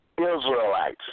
Israelites